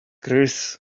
chris